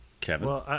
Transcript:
Kevin